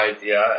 idea